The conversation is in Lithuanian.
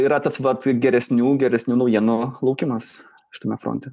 yra tas va geresnių geresnių naujienų laukimas šitame fronte